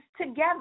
together